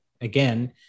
again